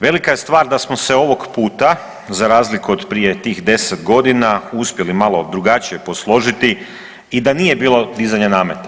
Velika je stvar da smo se ovog puta za razliku od prije tih 10.g. uspjeli malo drugačije posložiti i da nije bilo dizanja nameta.